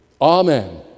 Amen